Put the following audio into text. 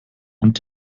und